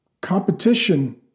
competition